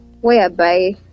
whereby